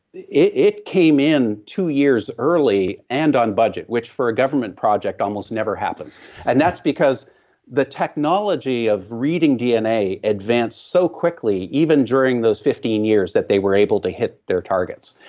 it came in two years early and on budget which for a government project almost never happens and that's because the technology of reading dna advanced so quickly even during those fifteen years that they were able to hit their targets.